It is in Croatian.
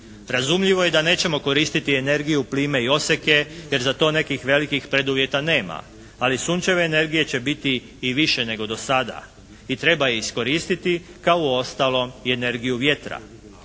Razumljivo je da nećemo koristiti energiju plime i oseke, jer za to nekih velikih preduvjeta nema. Ali sunčeve energije će biti i više nego do sada i treba ih iskoristiti kao i uostalom energiju vjetra.